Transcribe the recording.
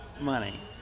money